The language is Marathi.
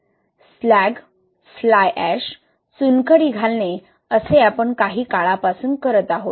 स्लॅग फ्लाय ऍश चुनखडी घालणे असे आपण काही काळापासून करत आहोत